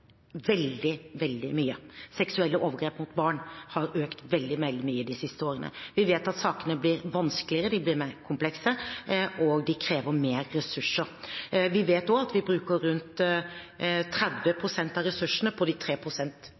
veldig mye. Seksuelle overgrep mot barn har økt veldig mye de siste årene. Vi vet at sakene blir vanskeligere, de blir mer komplekse, og de krever mer ressurser. Vi vet også at vi bruker rundt 30 pst. av ressursene på de